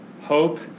hope